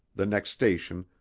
the next station,